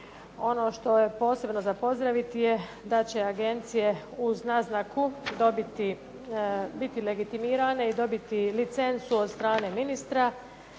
Ono što je posebno za pozdraviti je da će agencije uz naznaku biti legitimirane i dobiti licencu od strane ministra